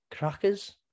Crackers